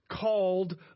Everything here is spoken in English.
called